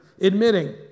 Admitting